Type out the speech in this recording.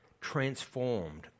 transformed